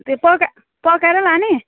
त्यो पका पकाएरै लाने